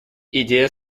идея